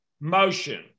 motion